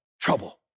trouble